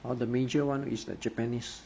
or the major one is the japanese